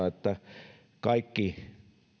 että kaikki